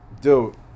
Dude